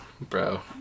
Bro